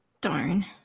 Darn